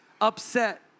upset